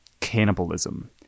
cannibalism